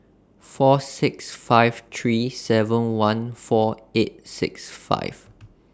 four six five three seven one four eight six five